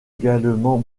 également